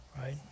right